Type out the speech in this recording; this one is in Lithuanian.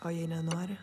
o jei nenori